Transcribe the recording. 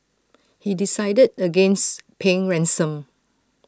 he decided against paying ransom